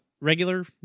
regular